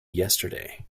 yesterday